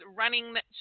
running